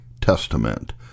testament